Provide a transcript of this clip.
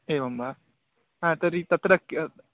एवं वा हा तर्हि तत्र किम्